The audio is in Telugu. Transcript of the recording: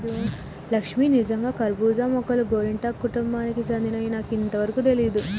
లక్ష్మీ నిజంగా కర్బూజా మొక్కలు గోరింటాకు కుటుంబానికి సెందినవని నాకు ఇంతవరకు తెలియదు